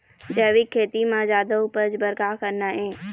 जैविक खेती म जादा उपज बर का करना ये?